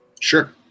Sure